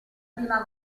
prima